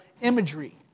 imagery